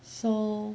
so